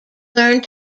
learned